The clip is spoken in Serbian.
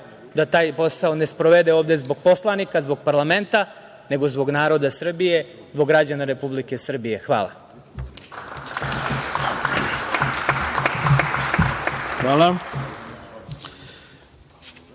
da taj posao ne sprovede ovde zbog poslanika, zbog parlamenta nego zbog naroda Srbije, zbog građana Republike Srbije. Hvala. **Ivica